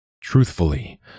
Truthfully